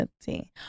see